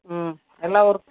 ம் எல்லா ஒர்க்